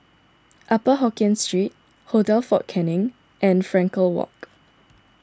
Upper Hokkien Street Hotel fort Canning and Frankel Walk